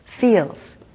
feels